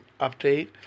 update